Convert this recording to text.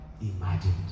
imagined